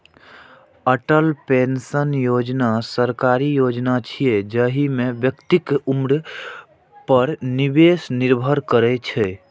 Atal pension Yojana सरकारी योजना छियै, जाहि मे व्यक्तिक उम्र पर निवेश निर्भर करै छै